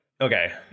okay